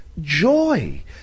joy